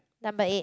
number eight